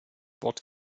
wort